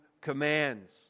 commands